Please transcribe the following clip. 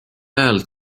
ajal